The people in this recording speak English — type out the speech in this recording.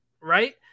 right